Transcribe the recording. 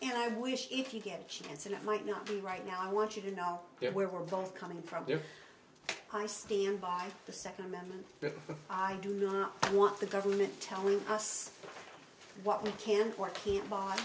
and i wish if you get a chance and it might not be right now i want you to know where we're going coming from here i stand by the second amendment but i do not want the government telling us what we can or can't buy